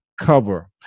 Cover